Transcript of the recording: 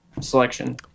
selection